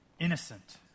innocent